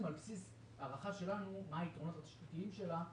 על בסיס הערכה שלנו מה היתרונות התשתיתיים שלה,